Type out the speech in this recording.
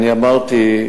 אני אמרתי,